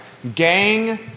Gang